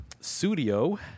Studio